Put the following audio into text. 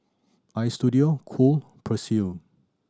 Istudio Cool Persil